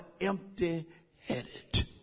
empty-headed